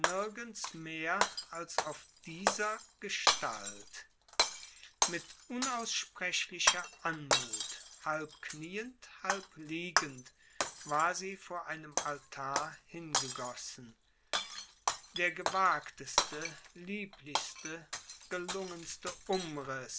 nirgends mehr als auf dieser gestalt mit unaussprechlicher anmut halb knieend halb liegend war sie vor einem altar hingegossen der gewagteste lieblichste gelungenste umriß